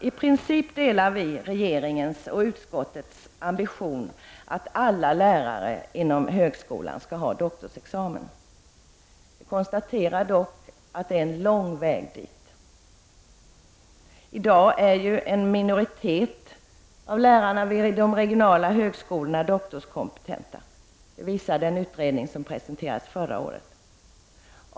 I princip delar vi regeringens och utskottets ambition att alla lärare inom högskolan skall ha doktorsexamen. Vi konstaterar dock att det är en lång väg dit. I dag är en minoritet av lärarna vid de regionala högskolorna doktorskompetenta. Det visar en utredning som presenterades förra året.